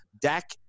Dak